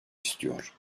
istiyor